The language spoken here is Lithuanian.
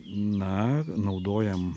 na naudojam